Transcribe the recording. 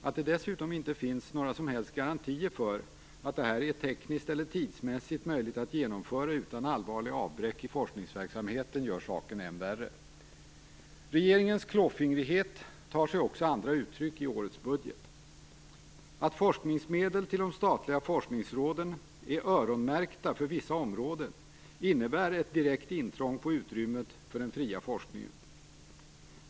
Att det dessutom inte finns några som helst garantier för att detta tekniskt eller tidsmässigt går att genomföra utan allvarliga avbräck i forskningsverksamheten gör saken än värre. Regeringens klåfingrighet tar sig också andra uttryck i årets budget. Att forskningsmedel till de statliga forskningsråden är öronmärkta för vissa områden innebär ett direkt intrång på utrymmet för den fria forskningen.